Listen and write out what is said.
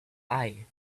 eye